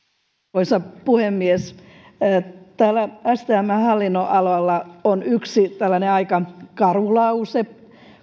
arvoisa puhemies täällä stmn hallinnonalalla on yksi tällainen aika karu lause